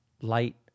Light